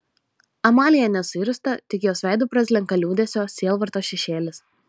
amalija nesuirzta tik jos veidu praslenka liūdesio sielvarto šešėlis